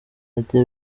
ati